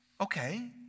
okay